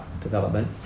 development